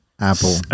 apple